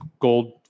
gold